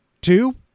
two